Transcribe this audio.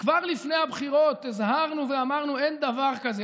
כבר לפני הבחירות הזהרנו ואמרנו: אין דבר כזה.